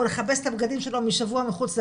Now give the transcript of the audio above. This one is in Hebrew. או לכבס את הבגדים שלו משבוע מחוץ לבית,